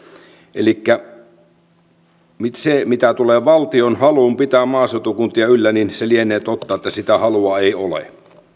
elikkä mitä tulee valtion haluun pitää maaseutukuntia yllä niin lienee totta että sitä halua ei ole